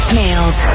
Snails